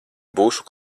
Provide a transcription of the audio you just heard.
būšu